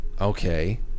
Okay